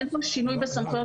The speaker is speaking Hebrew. אין כל שינוי בסמכויות,